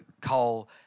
coal